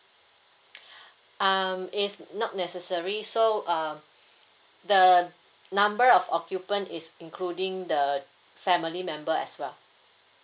um it's not necessary so um the number of occupant is including the family member as well